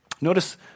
Notice